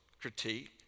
critique